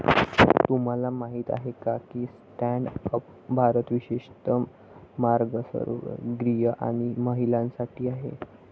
तुम्हाला माहित आहे का की स्टँड अप भारत विशेषतः मागासवर्गीय आणि महिलांसाठी आहे